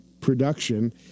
production